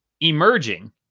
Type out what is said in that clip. emerging